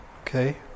okay